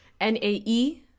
N-A-E